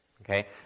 okay